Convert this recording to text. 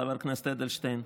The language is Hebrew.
חבר הכנסת אדלשטיין,